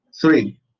three